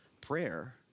Prayer